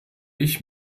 ich